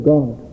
God